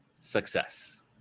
success